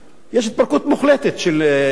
יש התפרקות מוחלטת של לוב,